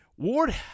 Ward